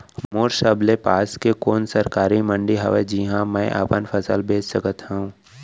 मोर सबले पास के कोन सरकारी मंडी हावे जिहां मैं अपन फसल बेच सकथव?